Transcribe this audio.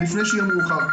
לפני שיהיה מאוחר: